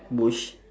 bush